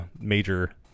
major